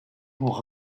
pour